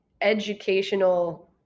educational